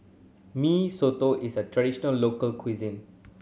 Mee Soto is a traditional local cuisine